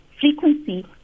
frequency